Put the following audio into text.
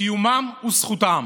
"קיומם הוא זכותם",